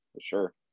sure